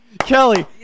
Kelly